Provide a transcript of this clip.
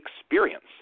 experience